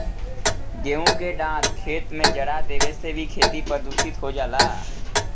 गेंहू के डाँठ खेत में जरा देवे से भी खेती प्रदूषित हो जाला